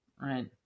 Right